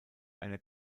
einer